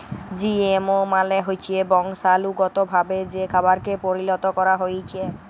GMO মালে হচ্যে বংশালুগতভাবে যে খাবারকে পরিলত ক্যরা হ্যয়েছে